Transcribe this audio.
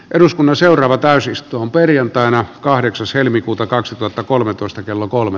eduskunnan seuraava täysistunnon perjantaina kahdeksas helmikuuta kaksituhattakolmetoista kello kolme